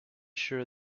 sure